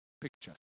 picture